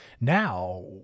Now